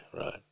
right